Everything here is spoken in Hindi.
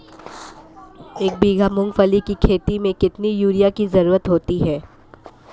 एक बीघा मूंगफली की खेती में कितनी यूरिया की ज़रुरत होती है?